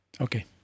Okay